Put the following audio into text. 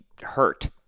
hurt